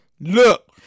look